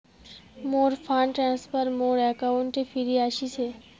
মোর fund transfer মোর অ্যাকাউন্টে ফিরি আশিসে